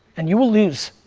and, you will lose.